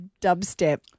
dubstep